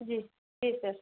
जी जी सर